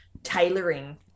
tailoring